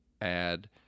add